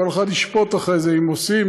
וכל אחד ישפוט אחרי זה אם עושים,